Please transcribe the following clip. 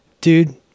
dude